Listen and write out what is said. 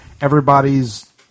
everybody's